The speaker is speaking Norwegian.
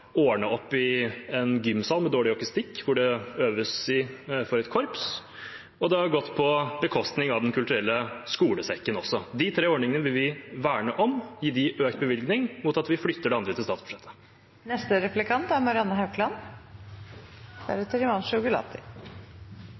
ordne opp i en gymsal med dårlig akustikk, hvor det er korpsøving. Det har også gått på bekostning av Den kulturelle skolesekken. De tre ordningene vil vi verne om, gi dem økt bevilgning, mot at vi flytter de andre til